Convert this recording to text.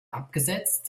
abgesetzt